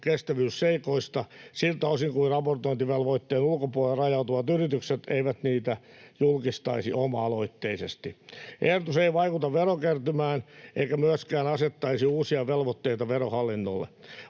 kestävyysseikoista siltä osin kuin raportointivelvoitteen ulkopuolelle rajautuvat yritykset eivät niitä julkistaisi oma-aloitteisesti. Ehdotus ei vaikuta verokertymään eikä myöskään asettaisi uusia velvoitteita Verohallinnolle.